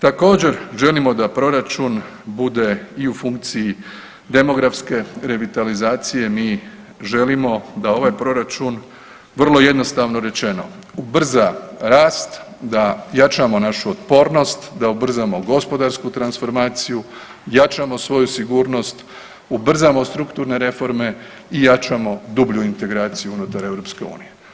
Također želimo da proračun bude i u funkciji demografske revitalizacije, mi želimo da ovaj proračun vrlo jednostavno rečeno, ubrza rast da jačamo našu otpornost da ubrzamo gospodarsku transformaciju, jačamo svoju sigurnost, ubrzamo strukturne reforme i jačamo dublju integraciju unutar EU.